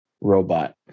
robot